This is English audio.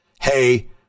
hey